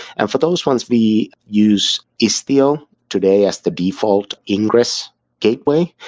and for those ones, we use istio today as the default ingress gateway,